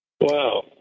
Wow